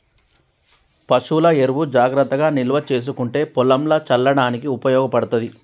పశువుల ఎరువు జాగ్రత్తగా నిల్వ చేసుకుంటే పొలంల చల్లడానికి ఉపయోగపడ్తది